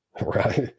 right